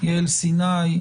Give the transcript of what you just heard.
יעל סיני,